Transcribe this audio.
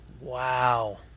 Wow